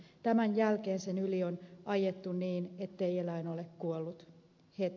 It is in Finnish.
tämän jälkeen sen yli on ajettu niin ettei eläin ole kuollut heti